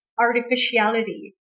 artificiality